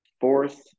Fourth